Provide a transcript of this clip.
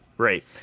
Right